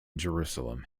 jerusalem